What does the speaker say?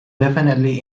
definitely